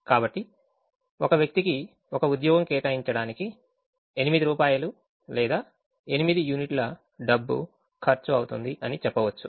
కాబట్టి ఒక వ్యక్తికి ఒక ఉద్యోగం కేటాయించడానికి 8 రూపాయలు లేదా 8 యూనిట్ల డబ్బు ఖర్చు అవుతుంది అని చెప్పవచ్చు